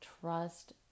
trust